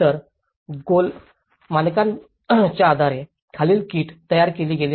तर गोल मानकांच्या आधारे खालील किट तयार केली गेली आहे